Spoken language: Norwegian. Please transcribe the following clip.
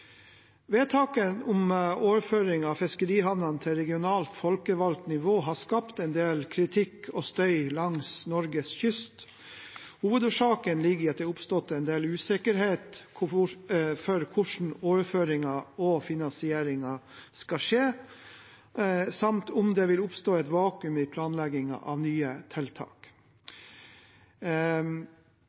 Vedtaket om overføring av fiskerihavnene til regionalt folkevalgt nivå har skapt en del kritikk og støy langs Norges kyst. Hovedårsaken ligger i at det har oppstått en del usikkerhet rundt hvordan overføringen og finansieringen skal skje, samt om det vil oppstå et vakuum i planleggingen av nye tiltak.